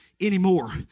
anymore